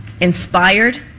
inspired